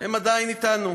הם עדיין אתנו.